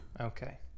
okay